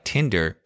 Tinder